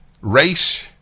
race